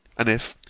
and if,